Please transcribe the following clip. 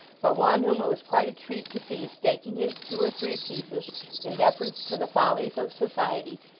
but one whom it was quite a treat to see staking his two or three pieces in deference to the follies of society,